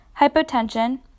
Hypotension